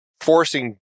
forcing